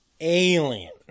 Alien